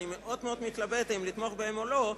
שאני מאוד מאוד מתלבט אם לתמוך בה או לא.